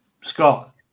Scott